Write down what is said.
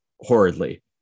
horridly